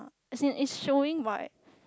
as in it's showing what